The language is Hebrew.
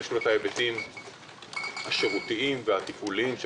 יש לו ההיבטים השירותיים והתפעוליים של